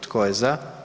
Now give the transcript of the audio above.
Tko je za?